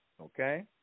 Okay